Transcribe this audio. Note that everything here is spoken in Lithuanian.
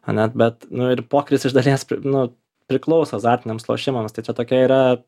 ane bet nu ir pokeris iš dalies pri nu priklauso azartiniams lošimams tai čia tokia yra